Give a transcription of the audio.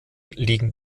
liegen